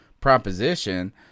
proposition